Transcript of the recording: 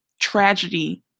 tragedy